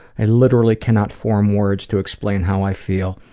i literally cannot form words to explain how i feel,